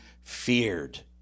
feared